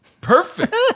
Perfect